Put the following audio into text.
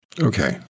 Okay